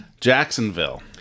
Jacksonville